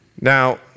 Now